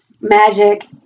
magic